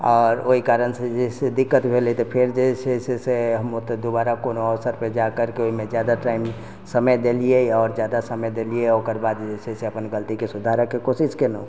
आओर ओहि कारणसँ जे हइ से दिक्कत भेलै तऽ फेर जे छै से हम दुबारा ओतऽ कोनो अवसर पर जाए करके जादा टाइम समय देलियै आओर जादा समय देलियै आ ओकर बाद जे छै से अपन गलतीके सुधारैके कोशिश कयलहुँ